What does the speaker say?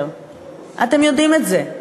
אתם יודעים את זה.